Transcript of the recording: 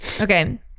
Okay